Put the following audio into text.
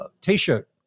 t-shirt